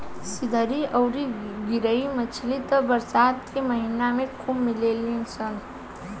सिधरी अउरी गरई मछली त बरसात के महिना में खूब मिलेली सन